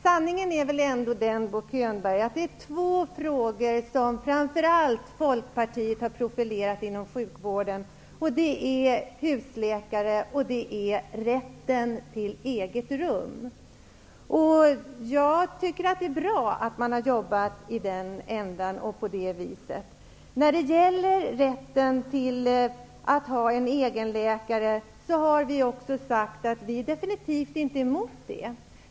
Sanningen är väl den, Bo Könberg, att det är två frågor som framför allt Folkpartiet har profilerat inom sjukvården, och det är husläkare och rätten till eget rum. Jag tycker att det är bra att man har jobbat på det viset. När det gäller rätten att ha en egen läkare har vi också sagt att vi definitivt inte är emot det.